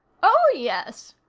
oh, yes,